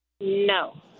No